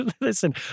listen